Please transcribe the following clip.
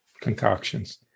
concoctions